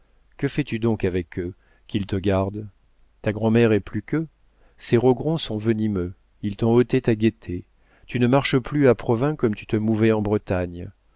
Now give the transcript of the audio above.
que fais-tu donc avec eux qu'ils te gardent ta grand'mère est plus qu'eux ces rogron sont venimeux ils t'ont ôté ta gaieté tu ne marches plus à provins comme tu te mouvais en bretagne